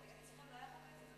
בממשלה.